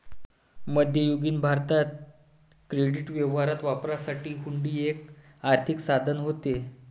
मध्ययुगीन भारतात क्रेडिट व्यवहारात वापरण्यासाठी हुंडी हे एक आर्थिक साधन होते